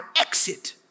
exit